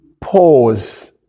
pause